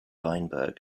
weinberg